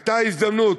הייתה הזדמנות,